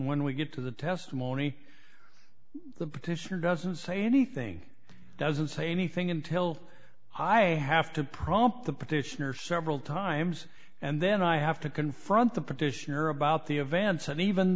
when we get to the testimony the petitioner doesn't say anything doesn't say anything until i have to prompt the petitioner several times and then i have to confront the petitioner about the events and even